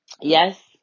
yes